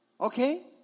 Okay